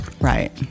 Right